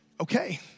okay